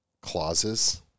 clauses